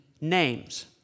names